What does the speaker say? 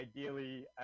ideally